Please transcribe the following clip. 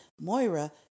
moira